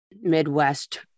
Midwest